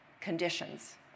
conditions